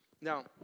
Now